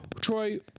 Troy